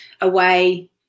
away